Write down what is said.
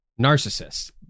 narcissist